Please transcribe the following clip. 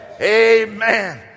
amen